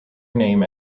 name